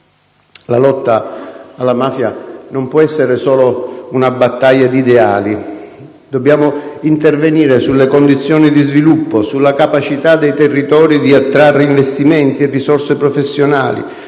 La lotta alla mafia non può essere solo una battaglia di ideali. Dobbiamo intervenire sulle condizioni di sviluppo, sulla capacità dei territori di attrarre investimenti e risorse professionali;